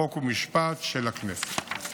חוק ומשפט של הכנסת.